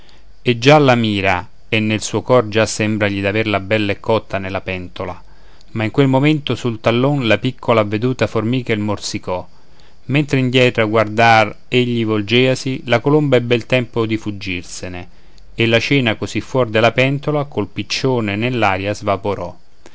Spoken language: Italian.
e già la mira e nel suo cor già sembragli d'averla bella e cotta nella pentola ma in quel momento sul tallon la piccola avveduta formica il morsicò mentre indietro a guardar egli volgeasi la colomba ebbe tempo di fuggirsene e la cena così fuor della pentola col piccione nell'aria